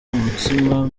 umutsima